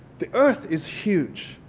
the earth is huge.